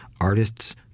artists